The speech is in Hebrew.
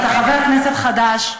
אתה חבר כנסת חדש,